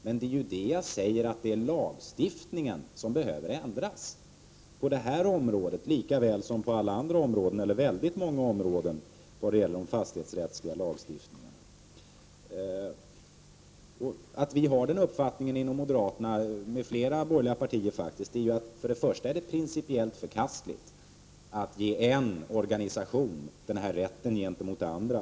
Men jag säger ju att det är lagstiftningen som behöver ändras, på det här området likväl som på väldigt många andra områden inom den fastighetsrättsliga lagstiftningen. Vi moderater har den uppfattningen, liksom flera borgerliga partier, för det första därför att det är principiellt förkastligt att ge en organisation den här rätten gentemot andra.